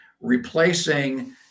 replacing